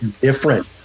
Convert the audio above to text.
different